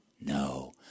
No